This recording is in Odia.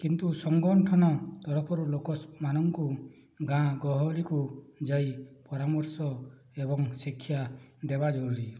କିନ୍ତୁ ସଙ୍ଗଠନ ତରଫରୁ ଲୋକମାନଙ୍କୁ ଗାଁ ଗହଳିକୁ ଯାଇ ପରାମର୍ଶ ଏବଂ ଶିକ୍ଷା ଦେବା ଜରୁରୀ